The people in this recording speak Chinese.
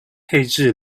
配置